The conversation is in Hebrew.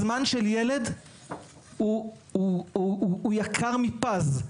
זמן של ילד הוא יקר מפז.